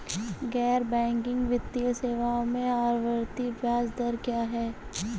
गैर बैंकिंग वित्तीय सेवाओं में आवर्ती ब्याज दर क्या है?